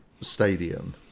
stadium